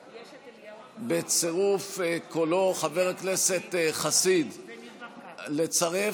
בצירוף, חבר הכנסת חסיד, לצרף?